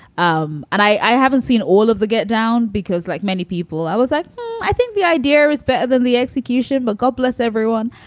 um and i haven't seen all of the get down because like many people, i was like i think the idea was better than the execution. but god bless everyone.